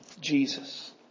Jesus